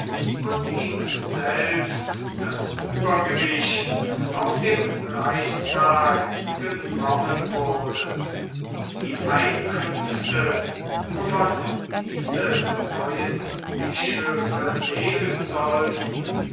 und ihm selbst das uebergewicht auf dem reichstag genommen wurde die einkünfte wovon diese neuen bischöfe leben sollten